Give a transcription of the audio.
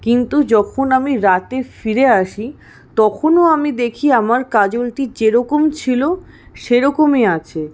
কিন্তু যখন আমি রাতে ফিরে আসি তখনও আমি দেখি আমার কাজলটি যেরকম ছিল সেরকমই আছে